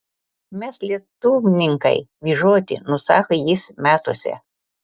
mes lietuvninkai vyžoti nusako jis metuose